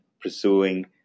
pursuing